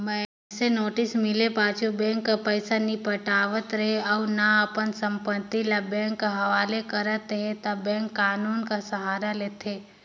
मइनसे नोटिस मिले पाछू बेंक कर पइसा नी पटावत रहें अउ ना अपन संपत्ति ल बेंक कर हवाले करत अहे ता बेंक कान्हून कर सहारा लेथे